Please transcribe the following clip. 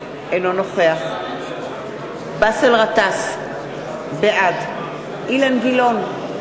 אינו נוכח באסל גטאס, בעד אילן גילאון,